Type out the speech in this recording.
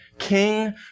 King